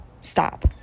stop